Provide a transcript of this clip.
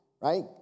right